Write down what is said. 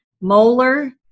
molar